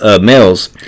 males